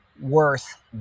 worth